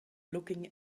looking